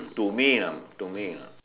to me lah to me lah